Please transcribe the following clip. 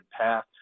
path